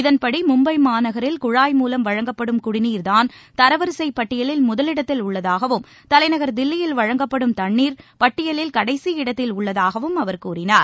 இதன்படி மும்பை மாநகரில் குழாய் மூலம் வழங்கப்படும் குடிநீர்தான் தரவரிசைப் பட்டியலில் முதலிடத்தில் உள்ளதாகவும் தலைநகர் தில்லியில் வழங்கப்படும் தண்ணீர் பட்டியலில் கடைசி இடத்தில் உள்ளதாகவும் அவர் கூறினார்